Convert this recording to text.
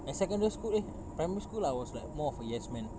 at secondary school eh primary school I was like more of a yes man